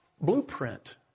blueprint